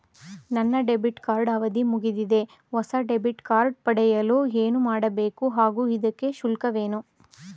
ನನ್ನ debit card ಅವಧಿ ಮುಗಿದಿದೆ ಹೊಸ ಡೆಬಿಟ್ ಕಾರ್ಡ್ ಪಡೆಯಲು ಏನು ಮಾಡಬೇಕು ಹಾಗೂ ಇದಕ್ಕೆ ಶುಲ್ಕವೇನು?